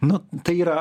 nu tai yra